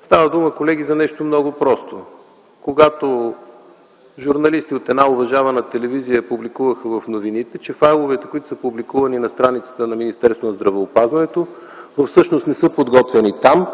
става дума за нещо много просто. Когато журналисти от една уважавана телевизия публикуваха в новините, че файловете, които са публикувани на страницата на Министерството на здравеопазването, всъщност не са подготвени там,